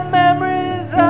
memories